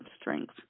strength